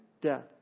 death